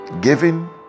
Giving